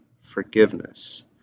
forgiveness